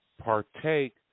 partake